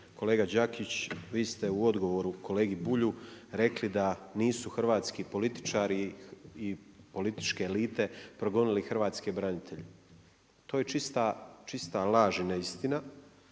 Kolega Đakić, vi ste u odgovoru kolegi Bulju rekli da nisu hrvatski političari i političke elite progonili hrvatske branitelje. To je čista laž i neistina.